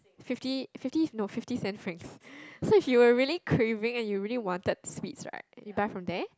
fifty fifty no fifty cent Frank so if you were really craving and you really wanted sweets right you buy from there